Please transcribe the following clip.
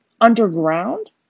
underground